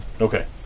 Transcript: Okay